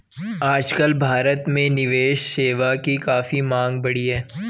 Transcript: आजकल भारत में निवेश सेवा की काफी मांग बढ़ी है